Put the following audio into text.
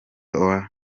tower